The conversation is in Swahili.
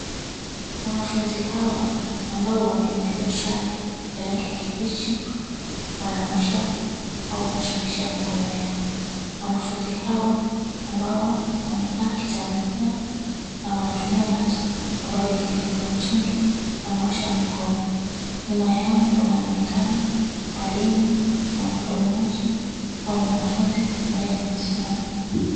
Wanafunzi hawa ambao wamevalia sare ya rangi ya kibichi, wanaosha au wanasafisha mikono yao. Wanafunzi hawa ambao wamevaa kitambaa na wanatumia maji ambayo yenye iko kwa mitungi, wanaosha mikono. Nyuma yao kunaonekana mwalimu na mtoto mmoja au mwanafunzi ambaye amesimama.